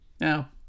Now